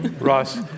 Ross